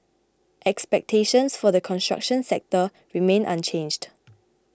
expectations for the construction sector remain unchanged